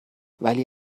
ولی